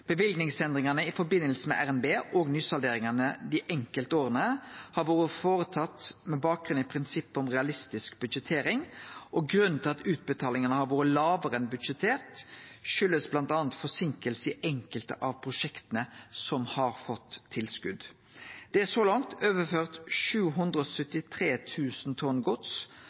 i samband med revidert nasjonalbudsjett og nysalderingane dei enkelte åra har vore gjorde med bakgrunn i prinsippet om realistisk budsjettering. Grunnen til at utbetalingane har vore lågare enn budsjettert, er bl.a. forseinkingar i enkelte av prosjekta som har fått tilskot. Det er så langt overført 773 000 tonn gods